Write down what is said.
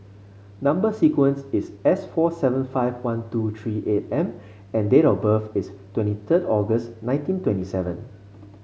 number sequence is S four seven five one two three eight M and date of birth is twenty third August nineteen twenty seven